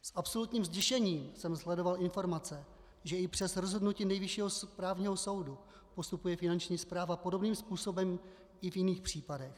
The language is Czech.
S absolutním zděšením jsem sledoval informace, že i přes rozhodnutí Nejvyššího správního soudu postupuje finanční správa podobným způsobem i v jiných případech.